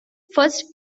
first